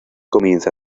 comienza